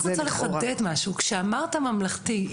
אני רוצה לחדד משהו, כשאמרת ממלכתי,